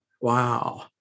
Wow